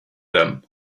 them